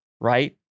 right